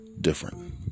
different